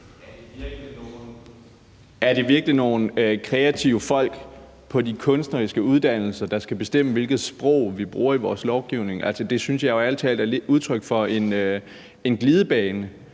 Er det virkelig nogle kreative folk på de kunstneriske uddannelser, der skal bestemme, hvilket sprog vi bruger i vores lovgivning? Altså, det synes jeg jo ærlig talt er udtryk for en glidebane.